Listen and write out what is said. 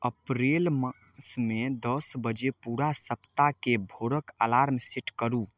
अप्रैल मासमे दश बजे पूरा सप्ताहके भोरक अलार्म सेट करू